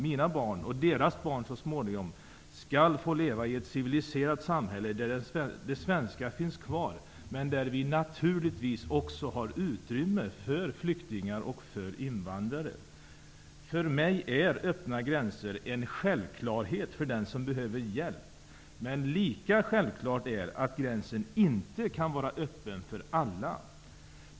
Mina och så småningom deras barn skall få leva i ett civiliserat samhälle där svenskar finns kvar, men där det naturligtvis också finns utrymme för flyktingar och invandrare. För mig är det en självklarhet med öppna gränser för den som behöver hjälp. Men lika självklart är att gränsen inte kan vara öppen för alla.